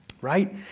right